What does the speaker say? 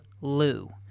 Lou